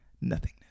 nothingness